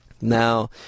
now